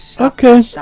Okay